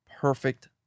perfect